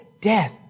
death